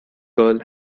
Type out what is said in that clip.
girl